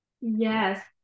Yes